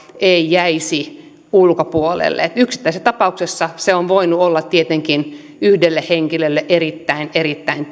ei jäisi ulkopuolelle yksittäisessä tapauksessa se on voinut olla tietenkin yhdelle henkilölle erittäin erittäin